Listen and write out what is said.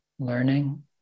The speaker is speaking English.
learning